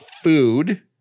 food